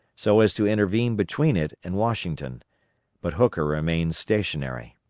so as to intervene between it and washington but hooker remained stationary.